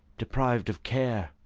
depriv'd of care,